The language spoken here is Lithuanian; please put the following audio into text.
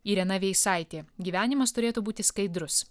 irena veisaitė gyvenimas turėtų būti skaidrus